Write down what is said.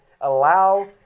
Allow